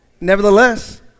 Nevertheless